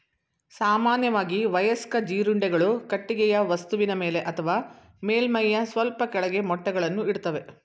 ಸಾಮಾನ್ಯವಾಗಿ ವಯಸ್ಕ ಜೀರುಂಡೆಗಳು ಕಟ್ಟಿಗೆಯ ವಸ್ತುವಿನ ಮೇಲೆ ಅಥವಾ ಮೇಲ್ಮೈಯ ಸ್ವಲ್ಪ ಕೆಳಗೆ ಮೊಟ್ಟೆಗಳನ್ನು ಇಡ್ತವೆ